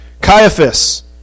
Caiaphas